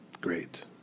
Great